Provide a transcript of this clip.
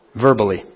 verbally